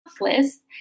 list